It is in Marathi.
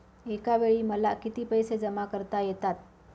एकावेळी मला किती पैसे जमा करता येतात?